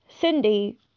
Cindy